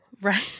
Right